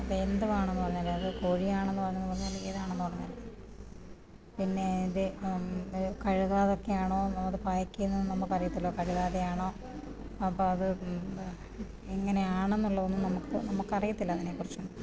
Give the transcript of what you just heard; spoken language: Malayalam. ഇപ്പം എന്തുവാണെന്ന് പറഞ്ഞാലും അത് കോഴിയാണെന്ന് പറഞ്ഞെന്ന് പറഞ്ഞാലും ഏതാണെന്ന് പറഞ്ഞാലും പിന്നെ അതിൻ്റെ അത് കഴുകാതെയൊക്കെ ആണോ അത് പാക്ക് ചെയുന്നതെന്ന് നമ്മൾക്ക് അറിയത്തില്ല കഴുകാതെയാണോ അപ്പം അത് എങ്ങനെയാണെന്നുള്ളതൊന്നും നമുക്ക് നമുക്ക് അറിയത്തില്ല അതിനെ കുറിച്ചൊന്നും